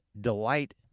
delight